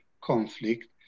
conflict